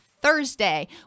Thursday